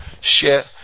share